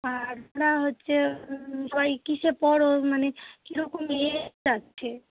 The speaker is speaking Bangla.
আর না হচ্চে সবাই কীসে পড়ো মানে কী রকম এজ আছে